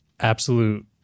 absolute